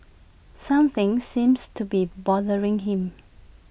something seems to be bothering him